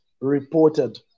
reported